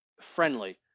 friendly